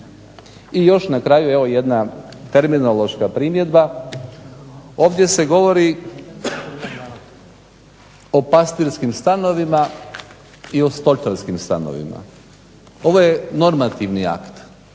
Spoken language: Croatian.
I još na kraju evo jedna terminološka primjedba. Ovdje se govori o pastirskim stanovima i o …/Govornik se ne razumije./… stanovima. Ovo je normativni akt.